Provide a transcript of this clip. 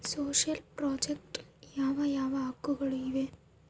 Social project ಯಾವ ಯಾವ ಹಕ್ಕುಗಳು ಇವೆ?